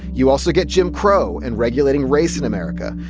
you also get jim crow and regulating race in america.